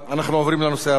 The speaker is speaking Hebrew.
אנחנו עוברים לנושא הבא,